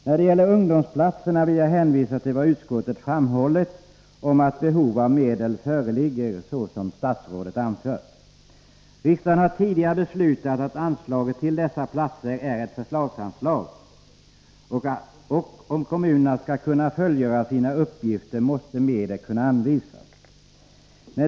När det gäller ungdomsplatser vill jag hänvisa till vad utskottet har framhållit om att behov av medel föreligger, såsom statsrådet anfört. Riksdagen har tidigare beslutat att anslaget till dessa platser är ett förslagsanslag, och om kommunerna skall kunna fullgöra sina uppgifter måste medel kunna anvisas.